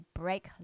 break